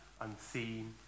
unseen